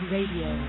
Radio